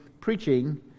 preaching